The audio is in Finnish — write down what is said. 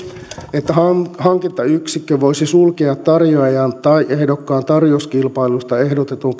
että hankintayksikkö voisi sulkea tarjoajan tai ehdokkaan tarjouskilpailusta ehdotetun